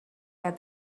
that